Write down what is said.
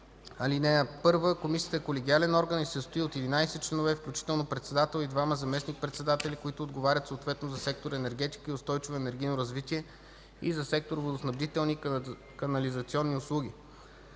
така: „(1) Комисията е колегиален орган и се състои от 11 членове, включително председател и двама заместник-председатели, които отговарят съответно за сектор „Енергетика и устойчиво енергийно развитие” и за сектор „Водоснабдителни и канализационни услуги”.”